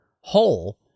whole